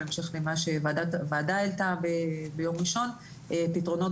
בהמשך למה שהוועדה העלתה ביום ראשון פתרונות